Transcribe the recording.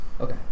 Okay